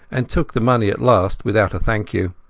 and took the money at last without a thank you.